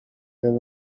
than